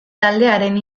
taldearen